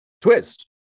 twist